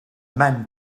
men